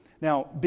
Now